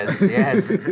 yes